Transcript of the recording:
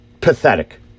Pathetic